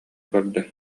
көрдө